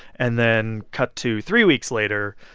and then cut to three weeks later.